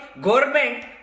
government